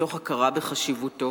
מתוך הכרה בחשיבותו.